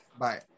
Bye